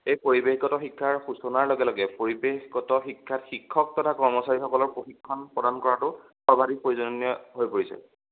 এই পৰিৱেশগত শিক্ষাৰ শোচনাৰ লগে লগে পৰিৱেশগত শিক্ষাত শিক্ষক তথা কৰ্মচাৰীসকলৰ প্ৰশিক্ষণ প্ৰদান কৰাটো সৰ্বাধিক প্ৰয়োজনীয় হৈ পৰিছে